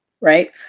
Right